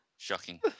Shocking